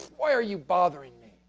why are you bothering